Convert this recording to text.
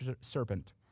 serpent